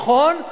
נכון,